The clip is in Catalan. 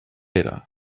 pere